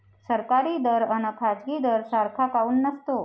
सरकारी दर अन खाजगी दर सारखा काऊन नसतो?